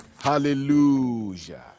Hallelujah